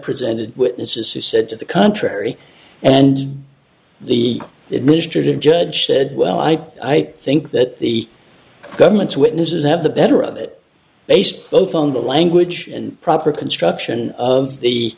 presented witnesses who said to the contrary and the administrative judge said well i think that the government's witnesses have the better of it based both on the language and proper construction of